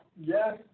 Yes